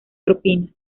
propia